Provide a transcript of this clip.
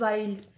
Wild